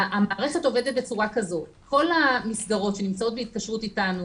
המערכת עובדת בצורה כזאת: כל המסגרות שנמצאות בהתקשרות אתנו,